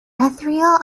ethereal